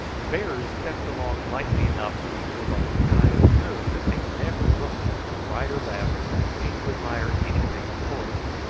the bearers stepped along lightly enough beneath their loads, and i observed that they never looked to right or left, or seemed to admire anything before them,